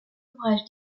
ouvrages